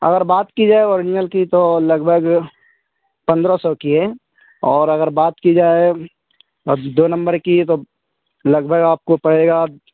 اگر بات کی جائے اوریجنل کی تو لگ بھگ پندرہ سو کی ہے اور اگر بات کی جائے دو نمبر کی تو لگ بھگ آپ کو پڑے گا